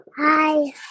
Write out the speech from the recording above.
Hi